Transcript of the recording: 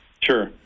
Sure